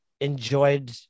enjoyed